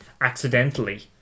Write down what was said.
accidentally